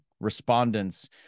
respondents